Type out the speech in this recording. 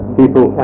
people